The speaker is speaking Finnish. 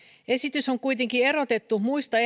esitys on kuitenkin erotettu muista